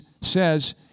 says